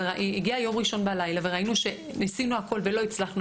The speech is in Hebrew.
אבל הגיע יום ראשון בלילה וראינו שניסינו הכל ולא הצלחנו,